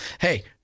hey